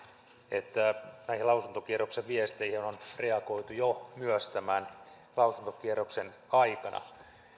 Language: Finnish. että näihin lausuntokierroksen viesteihin on reagoitu jo tämän lausuntokierroksen aikana